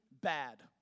bad